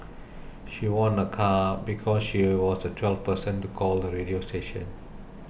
she won a car because she was the twelfth person to call the radio station